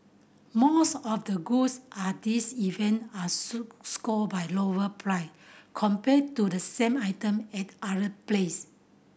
most of the goods at these event are score by lower price compared to the same item at other place